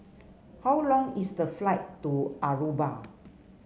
how long is the flight to Aruba